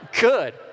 Good